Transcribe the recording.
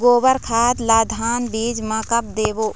गोबर खाद ला धान बीज म कब देबो?